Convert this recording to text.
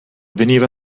veniva